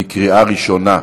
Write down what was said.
בקריאה ראשונה.